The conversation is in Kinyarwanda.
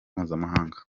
mpuzamahanga